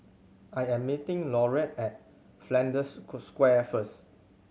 I am meeting Loretta at Flanders Square first